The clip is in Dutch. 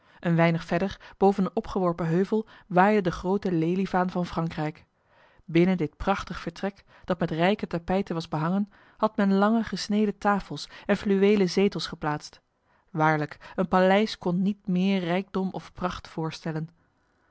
een weinig verder boven een opgeworpen heuvel waaide de grote lelievaan van frankrijk binnen dit prachtig vertrek dat met rijke tapijten was behangen had men lange gesneden tafels en fluwelen zetels geplaatst waarlijk een paleis kon niet meer rijkdom of pracht voorstellen